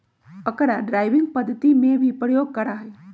अकरा ड्राइविंग पद्धति में भी प्रयोग करा हई